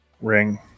Ring